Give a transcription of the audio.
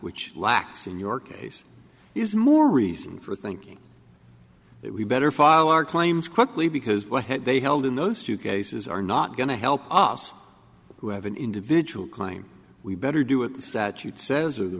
which lacks in your case is more reason for thinking it we'd better file our claims quickly because what they held in those two cases are not going to help us who have an individual claim we better do it the statute says of the